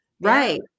right